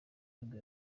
nibwo